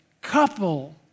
couple